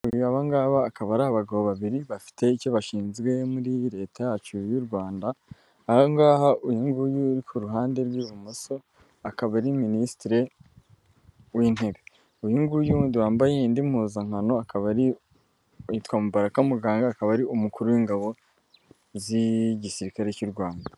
Abangabo akaba ari abagabo babiri bafite icyo bashinzwe muri leta yacu y'u Rwanda ahahaguyu ku ruhande rw'ibumoso akaba ari minisitire w'intebe, uyu nguyundi wambaye indi mpuzankano akaba ari witwa Mubaraka Muganga akaba ari umukuru w'ingabo z'igisirikare cy'u Rwanda.